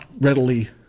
readily